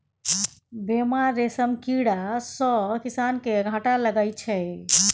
बेमार रेशम कीड़ा सँ किसान केँ घाटा लगै छै